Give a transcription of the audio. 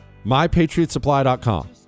mypatriotsupply.com